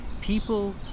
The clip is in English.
people